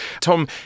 Tom